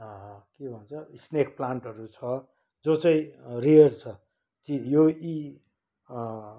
के भन्छ स्नेक प्लान्टहरू छ जो चाहिँ रियर छ यो यी